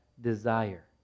desire